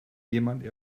jemand